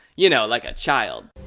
you know like a child.